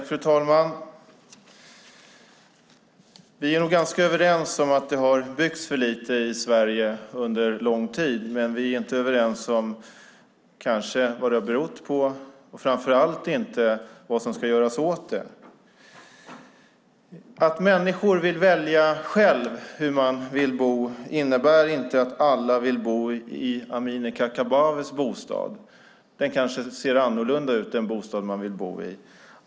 Fru talman! Vi är nog ganska överens om att det har byggts för lite i Sverige under lång tid, men vi är inte överens om vad det har berott på och framför allt inte om vad som ska göras åt det. Att människor vill välja själva hur de vill bo innebär inte att alla vill bo i Amineh Kakabavehs bostad. Den bostad man vill bo i kanske ser annorlunda ut.